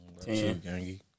Ten